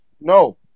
no